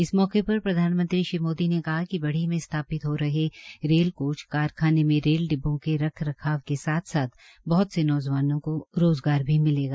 इस मौके पर प्रधानमंत्री श्री मोदी ने कहा कि बढ़ी में स्थापित हो रहे रेल कोच कारखाने में रेल डिब्बों के रख रखाव के साथ साथ बहत से नौजवानों को रोज़गार को रोज़गार भी मिलेगा